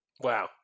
Wow